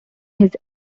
his